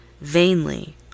Vainly